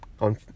on